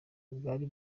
bwari